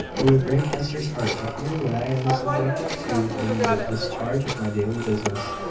it would break hester's heart to hear what i am subjected to in the discharge of my daily business.